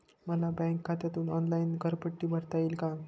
मला बँक खात्यातून ऑनलाइन घरपट्टी भरता येईल का?